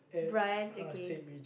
brunch okay